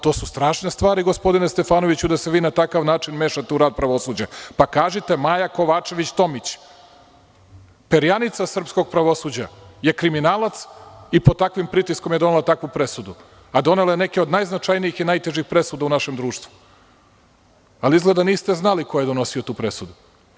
To su strašne stvari, gospodine Stefanoviću, da se vi na takav način mešate u rad pravosuđa, pa kažite, Maja Kovačević Tomić, perjanica srpskog pravosuđa je kriminalac i pod takvim pritiskom je donela takvu presudu, a donela je neke od najznačajnijih i najtežih presuda u našem društvu, ali izgleda niste znali ko je donosio tu presudu.